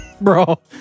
Bro